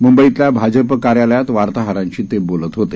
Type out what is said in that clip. मंंबईतल्या भाजप कार्यालयात वार्ताहरांशी ते बोलत होते